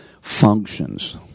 functions